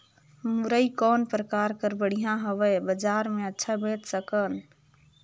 मुरई कौन प्रकार कर बढ़िया हवय? बजार मे अच्छा बेच सकन